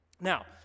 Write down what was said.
now